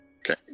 okay